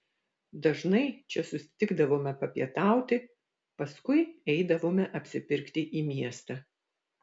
dažnai čia susitikdavome papietauti paskui eidavome apsipirkti į miestą